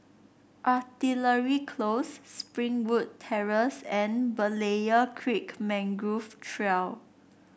Artillery Close Springwood Terrace and Berlayer Creek Mangrove Trail